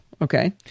Okay